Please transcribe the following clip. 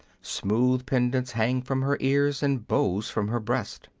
smooth pendants hang from her ears, and bows from her breast.